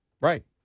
Right